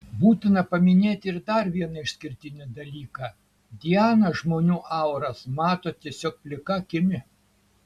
būtina paminėti ir dar vieną išskirtinį dalyką diana žmonių auras mato tiesiog plika akimi